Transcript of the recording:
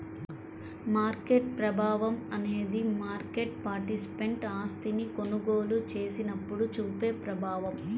market ప్రభావం అనేది market participant ఆస్తిని కొనుగోలు చేసినప్పుడు చూపే ప్రభావం